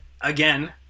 again